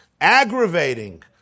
aggravating